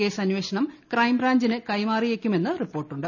case അന്വേഷണം ക്രൈംബ്രാഞ്ചിന് കൈമാറിയേക്കുമെന്ന് റിപോർട്ടുണ്ട്